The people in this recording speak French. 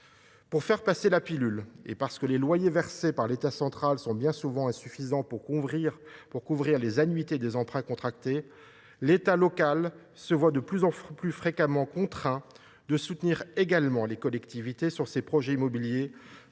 Pour faire passer la pilule, et parce que les loyers versés par l’État central sont bien souvent insuffisants pour couvrir les annuités des emprunts contractés, l’État local se voit de plus en plus fréquemment contraint de soutenir également les collectivités dans ces projets immobiliers